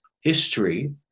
history